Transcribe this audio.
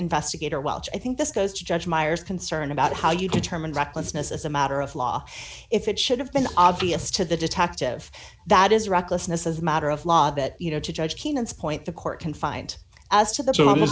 investigator welch i think this goes judge myers concerned about how you determine recklessness as a matter of law if it should have been obvious to the detective that is recklessness as a matter of law that you know to judge keenan's point the court can find as to the